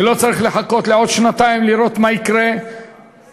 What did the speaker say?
ולא צריך לחכות עוד שנתיים לראות מה יקרה לאותם